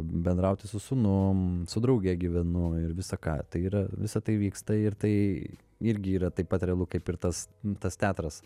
bendrauti su sunum su drauge gyvenu ir visa ką tai yra visa tai vyksta ir tai irgi yra taip pat realu kaip ir tas tas teatras